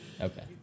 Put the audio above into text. Okay